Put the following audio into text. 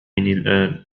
الآن